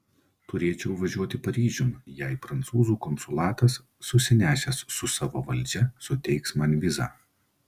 turėčiau važiuoti paryžiun jei prancūzų konsulatas susinešęs su savo valdžia suteiks man vizą